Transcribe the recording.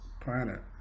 planet